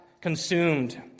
consumed